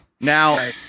Now